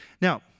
Now